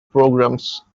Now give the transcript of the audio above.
programs